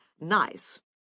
nice